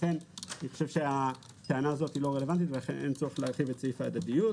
לכן הטענה הזאת לא רלוונטית ולכן אין צורך להרחיב את סעיף ההדדיות.